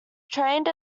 trained